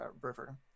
river